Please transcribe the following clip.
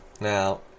Now